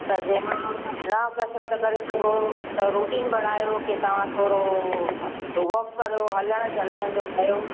त जे मन न कसरत करे सघो त रुटीन बढ़ायो की तव्हां थोरो वॉक करियो हलण चलण जो कयो